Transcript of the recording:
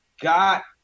got